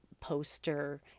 poster